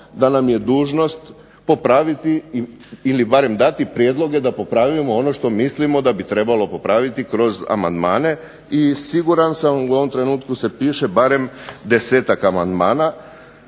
da nam je dužnost popraviti ili da barem damo prijedloge, da popravimo ono što mislimo da bi trebalo popraviti kroz amandmane i siguran sam u ovom trenutku se piše barem 10-tak amandmana